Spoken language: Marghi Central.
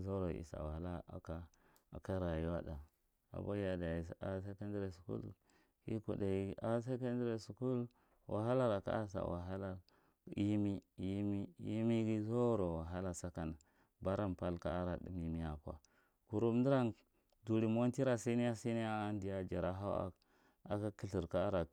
zouro alawahala a ko rayuwada. Abehiya dachi a secondary school akudai a secondary school wahalar ka a sawahala, yemo yemeghi. Zarau wahala, sakan baran pal ka al aka imiyako kusu duri mo wantira sineya sineya an diya jara haua a kara kithin ka ala